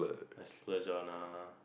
I splurge on err